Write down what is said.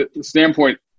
standpoint